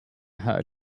her